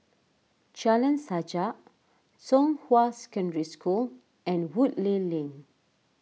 Jalan Sajak Zhonghua Secondary School and Woodleigh Lane